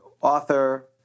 author